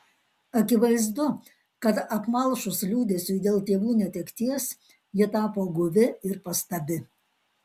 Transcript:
akivaizdu kad apmalšus liūdesiui dėl tėvų netekties ji tapo guvi ir pastabi